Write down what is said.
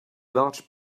large